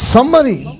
Summary